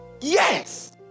yes